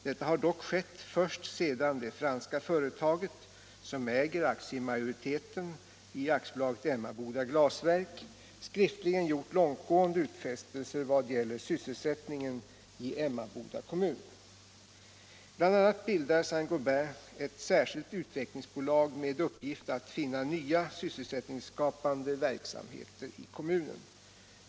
Detta har dock skett först sedan det franska företaget, som äger aktiemajoriteten i AB Emmaboda Glasverk, skriftligen gjort långtgående utfästelser vad gäller sysselsättningen i Emmaboda kommun. BI. a. bildar Saint Gobain ett särskilt utvecklingsbolag med uppgift att finna nya, sysselsättningsskapande verksamheter i kommunen.